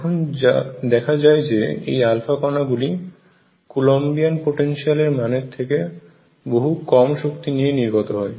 এবং যা দেখা যায় যে এই আলফা কণা গুলি কলম্বিয়ান পোটেনশিয়াল এর মানে থেকে বহু কম শক্তি নিয়ে নির্গত হয়